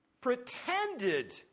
pretended